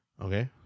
Okay